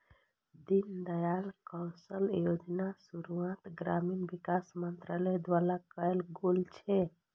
दीनदयाल कौशल्य योजनाक शुरुआत ग्रामीण विकास मंत्रालय द्वारा कैल गेल छै